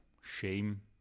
shame